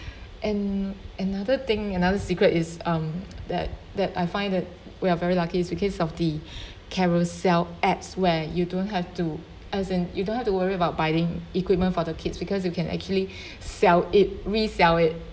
and another thing another secret is um that that I find that we are very lucky is because of the Carousell apps where you don't have to as in you don't have to worry about buying equipment for the kids because you can actually sell it resell it